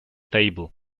table